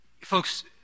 Folks